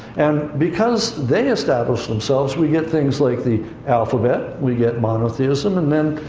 and because they establish themselves, we get things like the alphabet, we get monotheism, and then,